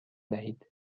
دهید